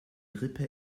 rippe